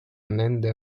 nende